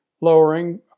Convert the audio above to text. lowering